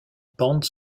pentes